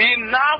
enough